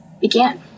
began